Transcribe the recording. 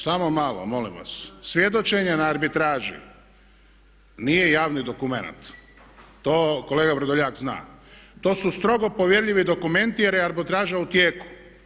Samo malo molim vas, svjedočenja na arbitraži nije javni dokumenata, to kolega Vrdoljak zna, to su strogo povjerljivi dokumenti jer je arbitraža u tijeku.